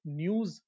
news